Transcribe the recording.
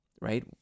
right